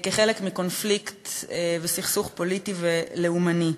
כחלק מקונפליקט וסכסוך פוליטי ולאומני.